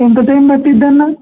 ఎంత టైం పడుతుందన్నా